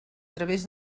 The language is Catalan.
través